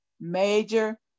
major